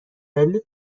دلیل